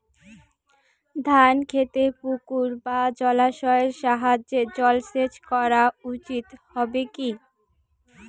ধান খেতে পুকুর বা জলাশয়ের সাহায্যে জলসেচ করা উচিৎ হবে কি?